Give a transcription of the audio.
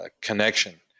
connection